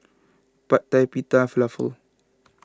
Pad Thai Pita Falafel